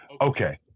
Okay